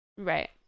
Right